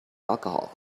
alcohol